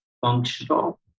functional